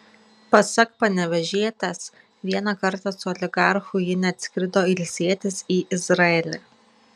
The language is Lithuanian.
pasak panevėžietės vieną kartą su oligarchu ji net skrido ilsėtis į izraelį